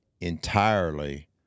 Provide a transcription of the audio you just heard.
entirely